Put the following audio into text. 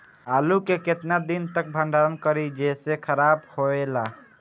आलू के केतना दिन तक भंडारण करी जेसे खराब होएला?